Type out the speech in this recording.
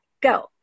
go